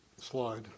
slide